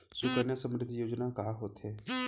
सुकन्या समृद्धि योजना का होथे